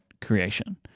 creation